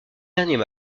derniers